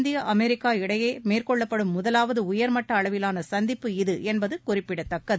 India America இடையே மேற்கொள்ளப்படும் முதலாவது உயர்மட்ட அளவிலான சந்திப்பு இது என்பது குறிப்பிடத்தக்கது